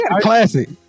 classic